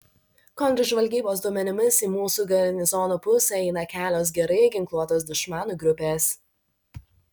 kontržvalgybos duomenimis į mūsų garnizono pusę eina kelios gerai ginkluotos dušmanų grupės